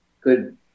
good